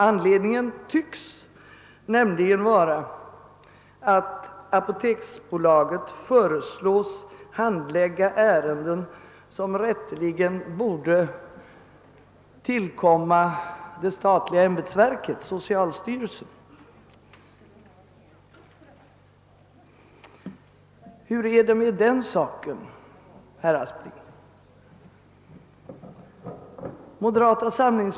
Anledningen tycks nämligen vara att apoteksbolaget föreslås handlägga ärenden som rätteligen borde handläggas av ett statligt ämbetsverk, socialstyrelsen. Hur är det med den saken, herr Aspling?